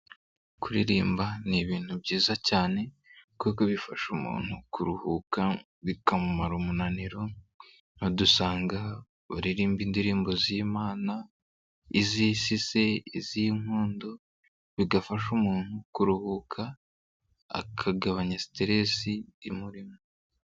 Kuririmba n'ibintu byiza cyane kuko bifasha umuntu kuruhuka bikamumara umunaniro, aha dusanga baririmba indirimbo z'imana, iz'isi se, iz'inkundo bigafasha umuntu kuruhuka akagabanya siterese imurimo.